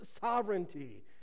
sovereignty